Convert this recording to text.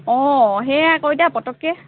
অঁ সেয়া আকৌ এতিয়া পটকৈ